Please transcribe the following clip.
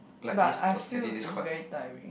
but I feel is very tiring